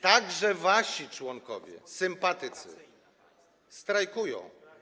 Także wasi członkowie, sympatycy strajkują.